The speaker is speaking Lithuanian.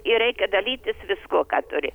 ir reikia dalytis viskuo ką turi